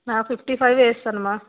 fifty five వేస్తాను మా